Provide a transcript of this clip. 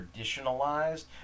traditionalized